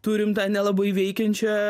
turim tą nelabai veikiančią